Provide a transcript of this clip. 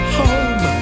home